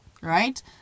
right